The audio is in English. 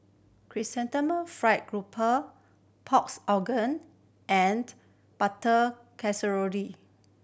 Chrysanthemum Fried Garoupa pork's organ and butter